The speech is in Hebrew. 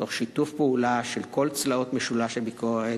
תוך שיתוף פעולה של כל צלעות משולש הביקורת,